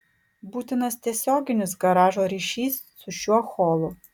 būtinas tiesioginis garažo ryšys su šiuo holu